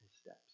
steps